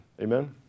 Amen